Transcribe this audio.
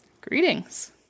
Greetings